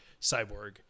cyborg